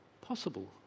possible